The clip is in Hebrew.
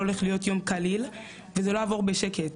הולך להיות יום קליל וזה לא יעבור בשקט,